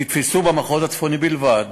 נתפסו במחוז הצפוני בלבד